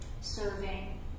serving